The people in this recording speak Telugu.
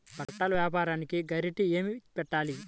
బట్టల వ్యాపారానికి షూరిటీ ఏమి పెట్టాలి?